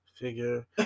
figure